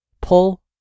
Pull